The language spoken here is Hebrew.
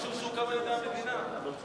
יישוב שהוקם על-ידי המדינה.